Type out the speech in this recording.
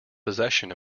possession